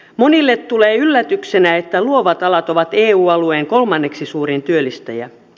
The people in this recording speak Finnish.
monille tulee yllätyksenä että luovat alat ovat eu alueen kolmanneksi suurin työllistäjä